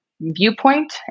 viewpoint